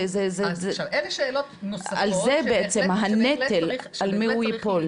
על זה בעצם הנטל, על מי הוא ייפול?